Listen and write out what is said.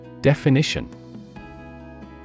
Definition